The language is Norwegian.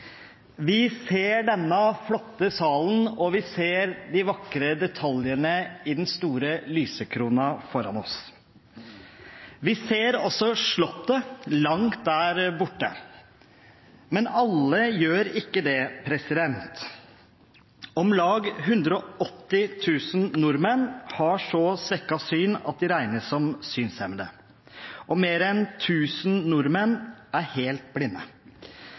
Vi ser denne flotte salen, og vi ser de vakre detaljene i den store lysekronen foran oss. Vi ser også Slottet langt der borte. Men alle gjør ikke det. Om lag 180 000 nordmenn har så svekket syn at de regnes som synshemmede, og mer enn 1 000 nordmenn er helt blinde.